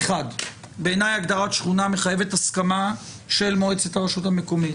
בעיניי הגדרת שכונה מחייבת הסכמה של מועצת הרשות המקומית.